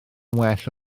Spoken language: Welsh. well